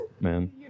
man